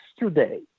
yesterday